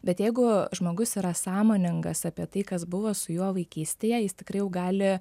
bet jeigu žmogus yra sąmoningas apie tai kas buvo su juo vaikystėje jis tikrai jau gali